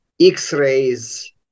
X-rays